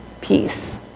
peace